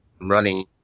running